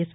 yes